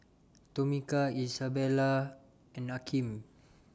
Tomika Isabella and Akeem